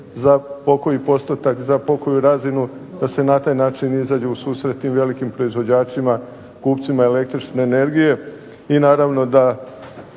za pokoji postotak, za pokoju razinu, da se na taj način izađe u susret tim velikim proizvođačima, kupcima električne energije i naravno da